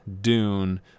Dune